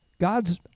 God's